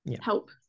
help